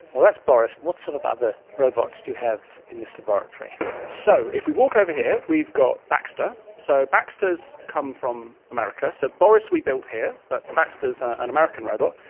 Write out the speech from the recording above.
well, that's boris. what sort of other robots do you have in this laboratory? so if we walk over here we've got baxter. so baxter has come from america. so boris we built here, but baxter is an american robot.